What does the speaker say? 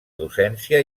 docència